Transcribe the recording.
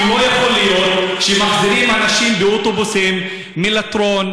כי לא יכול להיות שמחזירים אנשים באוטובוסים מלטרון,